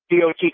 dot